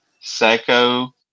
Psycho